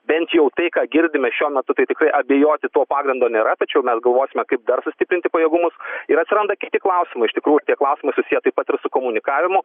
bent jau tai ką girdime šiuo metu tai tikrai abejoti tuo pagrindo nėra tačiau mes galvosime kaip dar sustiprinti pajėgumus ir atsiranda kiti klausimai iš tikrųjų tie klausimai susiję taip pat ir su komunikavimu